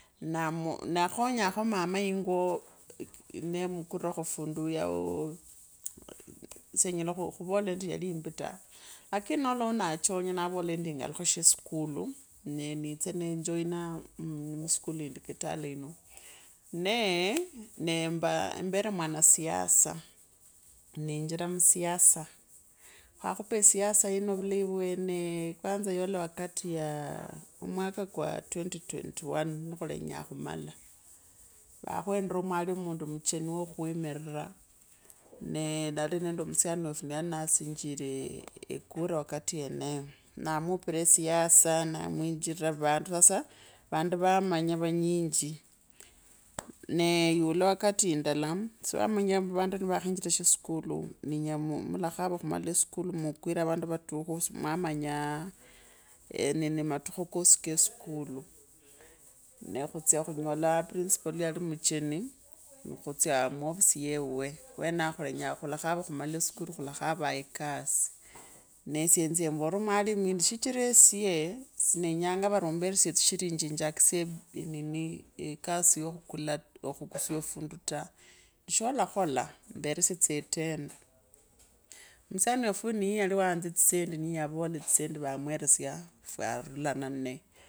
Namu nakkonyakho mama yingoo nee mukurakho fundu yawo senyela khurula yalimbi taa lakini nalolao na chonya narula endi ngalukhe she skulu nee niitsa ne joina muskulu indi kitale yino nee neemba mbere mwanasiasa kibwakhupa esiasa yino vulei vwenee kwanza yola wakati yaa omwaka kwa 2021 nikhulenyaa khumala vakhwendira mwalimu waundi mucheni wa khukhumirira nee. nalinende musani wefu yalinasinjire ekura wakati yeneyo naamupira esiasa naa mwichira vandu vaamanya vanyinji nee yula wakati indala si wamanya vandu nivakhenjira she skulu wakati ninyinji muakhava khumala eskulu mukwire avandu vatukhu si mwamanyaa nini matikho kosi ke skulu nee khutsya khuonyola principal mwayali mucheni. ni khutsyaa mwofisi yewuwe wenao khulenye khulakhova khumala eskulu khulavaa ekasi. Tsishirinji njakisye nini eekasi ya khukula omukhukusya funda ta shola khola mberesya tsa etenda masiani wefu niyewaliyayanza etsisendi niyeyawola tisendi vaamweresya fwavulana naaye.